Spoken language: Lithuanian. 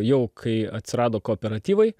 jau kai atsirado kooperatyvai